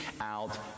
out